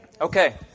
Okay